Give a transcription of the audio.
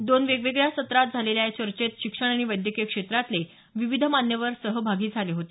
दोन वेगवेगळ्या सत्रात झालेल्या या चर्चेत शिक्षण आणि वैद्यकीय क्षेत्रातले विविध मान्यवर सहभागी झाले होते